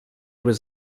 was